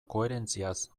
koherentziaz